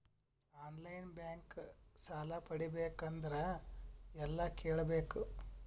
On line bank ಸಾಲ ಪಡಿಬೇಕಂದರ ಎಲ್ಲ ಕೇಳಬೇಕು?